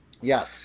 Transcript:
Yes